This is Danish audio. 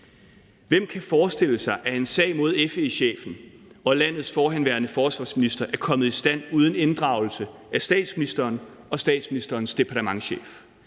Hvem kan forestille sig, at en sag mod FE-chefen og landets forhenværende forsvarsminister er kommet i stand uden inddragelse af statsministeren og statsministerens departementschef?